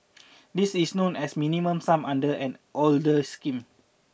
this is known as the Minimum Sum under an older scheme